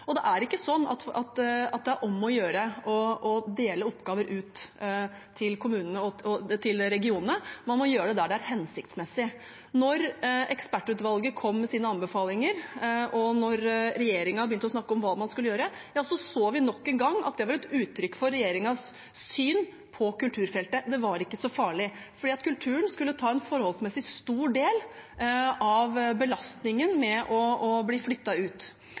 Det er ikke sånn at det er om å gjøre å dele oppgaver ut til kommunene og til regionene; man må gjøre det der det er hensiktsmessig. Da ekspertutvalget kom med sine anbefalinger, og da regjeringen begynte å snakke om hva man skulle gjøre, så vi nok en gang at det var et uttrykk for regjeringens syn på kulturfeltet: Det var ikke så farlig. For kulturen skulle ta en forholdsmessig stor del av belastningen med å bli flyttet ut.